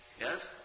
Yes